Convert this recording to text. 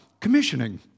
Commissioning